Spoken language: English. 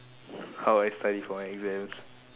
how I study for my exams